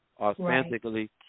authentically